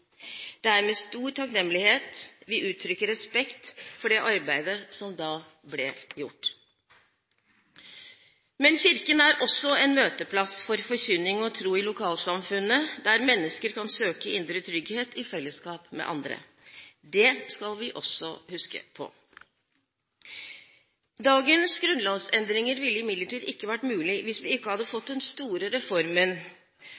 Det er med stor takknemlighet vi uttrykker respekt for det arbeidet som da ble gjort. Men kirken er også en møteplass for forkynning og tro i lokalsamfunnene, der mennesker kan søke indre trygghet i fellesskap med andre. Det skal vi også huske på. Dagens grunnlovsendringer ville imidlertid ikke vært mulig hvis vi ikke hadde